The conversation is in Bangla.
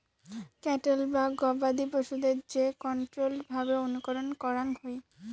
ক্যাটেল বা গবাদি পশুদের যে কন্ট্রোল্ড ভাবে অনুকরণ করাঙ হই